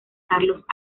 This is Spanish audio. carlos